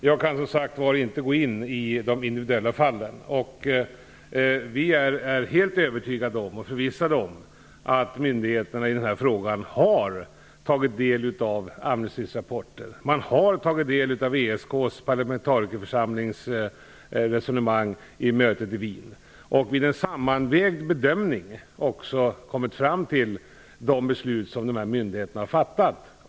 Herr talman! Jag kan ju inte gå in i de individuella fallen. Men regeringen är helt förvissad om att myndigheterna i denna fråga har tagit del av Amnestys rapporter, att man har tagit del av ESK:s parlamentarikerförsamlings resonemang vid mötet i Wien och att man vid en sammanvägd bedömning kommit fram till de beslut som dessa myndigheter har fattat.